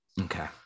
Okay